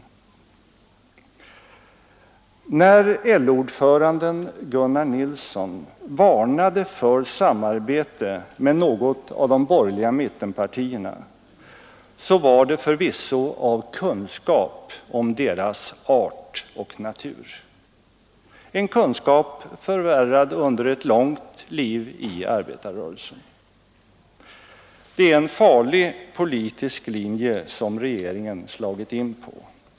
När LO-ordföranden Gunnar Nilsson varnade för samarbete med något av de borgerliga mittenpartierna, så var det förvisso av kunskap om deras art och natur, en kunskap förvärvad under ett långt liv i arbetarrörelsen. Det är en farlig politisk linje regeringen slagit in på.